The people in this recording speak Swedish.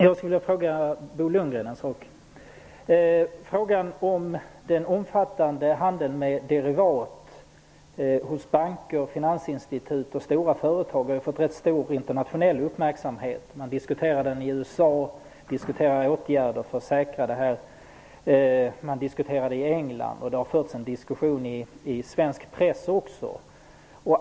Fru talman! Jag vill ställa en fråga till Bo Lundgren. Den omfattande handeln med derivat hos banker, finansinstitut och stora företag har ju fått ganska stor internationell uppmärksamhet. I USA diskuteras åtgärder för att säkra denna handel. Man diskuterar också detta i England liksom i svensk press.